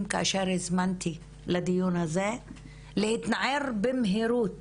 כאשר הזמנתי לדיון הזה להתנער במהירות